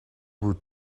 wood